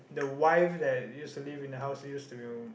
the wife that used to live in the house used to